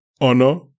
Honor